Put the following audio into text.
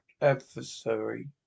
Adversary